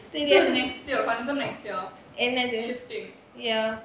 so next year confirm next year என்னது:ennathu shifting